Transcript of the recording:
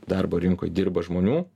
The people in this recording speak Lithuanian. darbo rinkoj dirba žmonių